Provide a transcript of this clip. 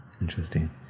interesting